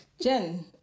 Jen